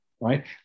Right